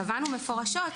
קבענו מפורשות,